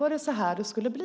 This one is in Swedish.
Var det så här det skulle bli?